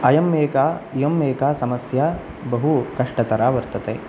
अयम् एका इयम् एका समस्या बहुकष्टतरा वर्तते